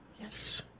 Yes